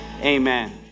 amen